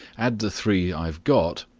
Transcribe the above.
add the three i have got,